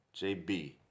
JB